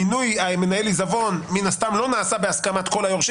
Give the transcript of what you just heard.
מינוי של מנהל העיזבון מן הסתם לא נעשה בהסכמת היורשים